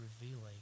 revealing